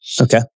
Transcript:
Okay